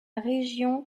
région